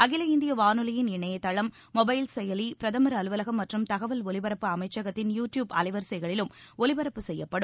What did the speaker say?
அகில இந்திய வானொலியின் இணையதளம் மொபைல் செயலி பிரதமர் அலுவலகம் மற்றும் தகவல் ஒலிபரப்பு அமைச்சகத்தின் யூ டியூப் அலைவரிசைகளிலும் ஒலிபரப்பு செய்யப்படும்